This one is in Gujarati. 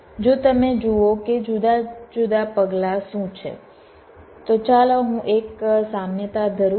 જો તમે જુઓ કે જુદા જુદા પગલાં શું છે તો ચાલો હું એક સામ્યતા ધરું